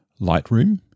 Lightroom